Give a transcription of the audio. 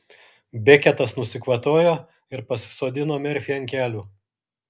beketas nusikvatojo ir pasisodino merfį ant kelių